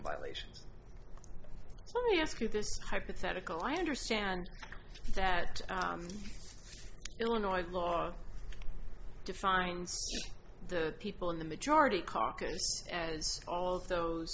violations me ask you this hypothetical i understand that illinois law defines the people in the majority carcas as all those